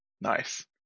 Nice